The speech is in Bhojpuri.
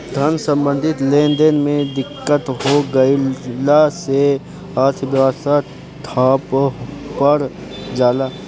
धन सम्बन्धी लेनदेन में दिक्कत हो गइला से अर्थव्यवस्था ठप पर जला